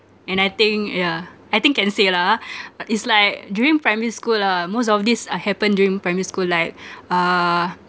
and I think yeah I think can say lah ah is like during primary school lah most of these are happened during primary school like uh